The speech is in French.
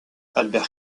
albert